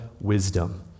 wisdom